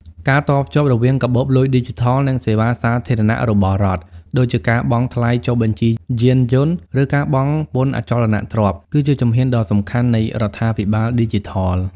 ការតភ្ជាប់រវាងកាបូបលុយឌីជីថល និងសេវាកម្មសាធារណៈរបស់រដ្ឋ ដូចជាការបង់ថ្លៃចុះបញ្ជីយានយន្ត ឬការបង់ពន្ធអចលនទ្រព្យ គឺជាជំហានដ៏សំខាន់នៃរដ្ឋាភិបាលឌីជីថល។